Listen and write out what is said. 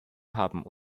haben